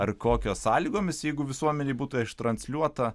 ar kokio sąlygomis jeigu visuomenei būtų transliuota